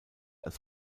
als